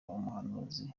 umuhanuzi